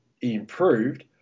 improved